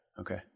Okay